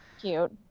Cute